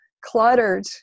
cluttered